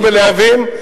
לא בלהבים,